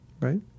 right